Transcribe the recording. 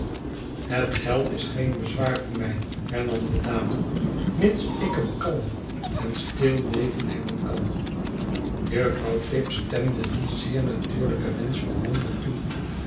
het geld is geen bezwaar voor mij hernam de dame mits ik een kalm en stil leven hebben kan juffrouw tibbs stemde dien zeer natuurlijken wensch volmondig toe